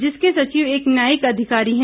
जिसके सचिव एक न्यायायिक अधिकारी है